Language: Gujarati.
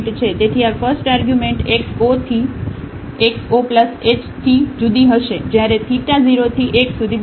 તેથી આ ફસ્ટઆર્ગ્યુમેન્ટ x 0 થી x 0 h થી જુદી જુદી હશે જ્યારે θ0 થી 1 સુધી બદલાય છે